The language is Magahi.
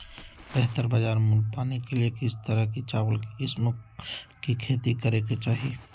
बेहतर बाजार मूल्य पाने के लिए किस तरह की चावल की किस्मों की खेती करे के चाहि?